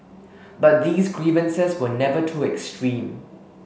but these grievances were never too extreme